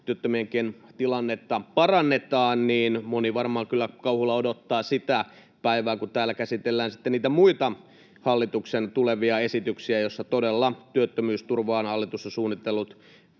työttömienkin tilannetta parannetaan, niin moni varmaan kyllä kauhulla odottaa sitä päivää, kun täällä käsitellään sitten niitä muita hallituksen tulevia esityksiä, joissa todella työttömyysturvaan hallitus on suunnitellut